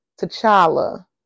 T'Challa